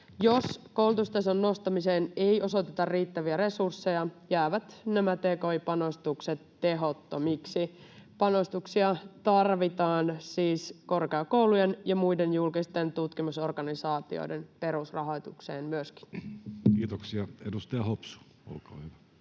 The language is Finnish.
Jos koulutustason nostamiseen ei osoiteta riittäviä resursseja, jäävät nämä tki-panostukset tehottomiksi. Panostuksia siis tarvitaan myöskin korkeakoulujen ja muiden julkisten tutkimusorganisaatioiden perusrahoitukseen. Kiitoksia. — Edustaja Hopsu, olkaa hyvä.